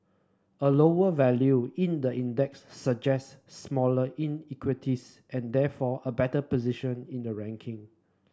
a lower value in the index suggests smaller inequalities and therefore a better position in the ranking